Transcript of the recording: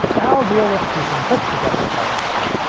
i'll deal with piecing clips together if i have to.